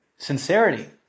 Sincerity